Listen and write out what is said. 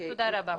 תודה רבה.